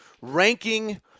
ranking